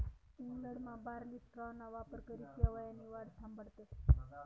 इंग्लंडमा बार्ली स्ट्राॅना वापरकरी शेवायनी वाढ थांबाडतस